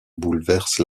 bouleverse